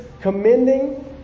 commending